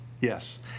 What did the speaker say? Yes